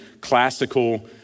classical